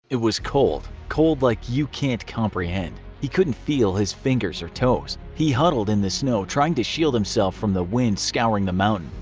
it was cold. cold like you can't comprehend. he couldn't feel his fingers or toes. he huddled in the snow, trying to shield himself from the wind scouring the mountain.